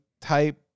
type